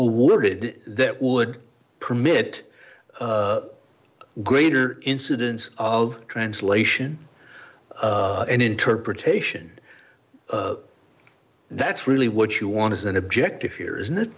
awarded that would permit greater incidence of translation and interpretation that's really what you want to send objective here is not